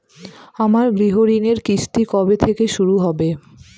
আমার গৃহঋণের কিস্তি কবে থেকে শুরু হবে?